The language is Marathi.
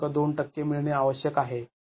२ टक्के मिळणे आवश्यक आहे